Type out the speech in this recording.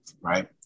Right